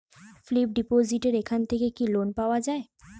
Fix ডিপোজিটের এখান থেকে কি লোন পাওয়া যায়?